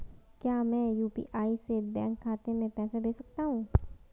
क्या मैं यु.पी.आई से बैंक खाते में पैसे भेज सकता हूँ?